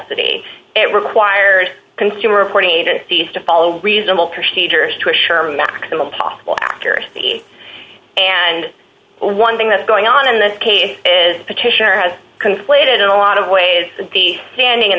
sity it requires consumer reporting agencies to follow reasonable procedures to assure maximum possible accuracy and one thing that's going on in this case is petitioner has conflated in a lot of ways the standing in